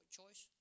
choice